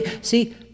see